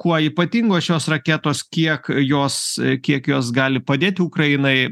kuo ypatingos šios raketos kiek jos kiek jos gali padėti ukrainai